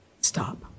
stop